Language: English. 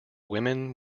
women